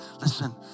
listen